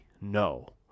no